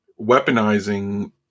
weaponizing